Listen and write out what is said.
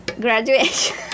graduation